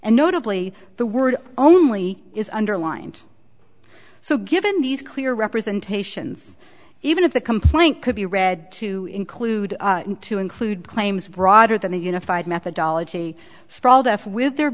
and notably the word only is underlined so given these clear representations even if the complaint could be read to include to include claims broader than the unified methodology for all deaf with their